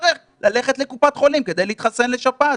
יצטרך ללכת לקופת חולים כדי להתחסן לשפעת.